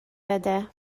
بده